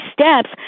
steps